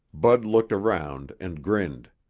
bud looked around and grinned.